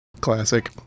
Classic